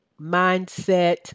mindset